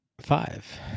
Five